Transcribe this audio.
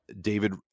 David